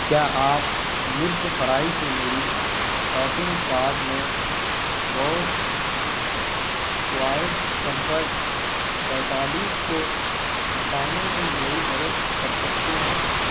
کیا آپ مرچ فرائی سے میری شاپنگ کارڈ میں بوس کوائٹ کمفرٹ پینتالیس کو ہٹانے میں میری مدد کر سکتے ہیں